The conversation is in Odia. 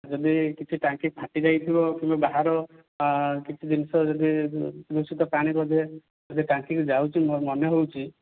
ଯଦି କିଛି ଟାଙ୍କି ଫାଟିଯାଇଥିବ କିନ୍ତୁ ବାହାର କିଛି ଜିନିଷ ଯଦି ଦୂଷିତ ପାଣି ବୋଧେ ଟାଙ୍କିରୁ ଯାଉଛି ମୋର ମନେ ହେଉଛି